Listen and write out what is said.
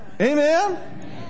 Amen